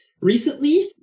Recently